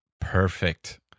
perfect